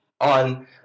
on